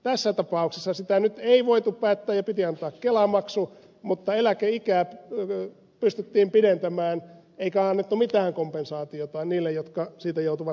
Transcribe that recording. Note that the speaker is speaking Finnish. tässä tapauksessa sitä nyt ei voitu päättää ja piti antaa kelamaksu mutta eläkeikää pystyttiin nostamaan eikä annettu mitään kompensaatiota niille jotka siitä joutuvat kärsimään